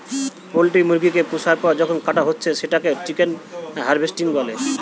poultry মুরগি কে পুষার পর যখন কাটা হচ্ছে সেটাকে চিকেন হার্ভেস্টিং বলে